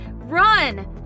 run